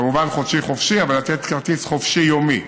כמובן חופשי-חודשי, אבל לתת כרטיס חופשי-יומי,